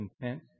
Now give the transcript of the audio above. content